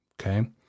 Okay